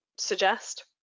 suggest